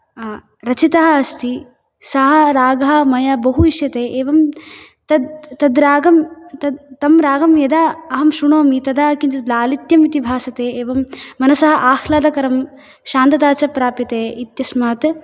रचिता अस्ति सः रागः मया बहु इष्यते एवं तत् तद्रागं तत् तं रागं यदा अहं श्रुणोमि तदा किञ्चित् लालित्यम् इति भासते एवं मनसः आह्लादकरं शान्तता च प्राप्यते इत्यस्मात्